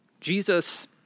Jesus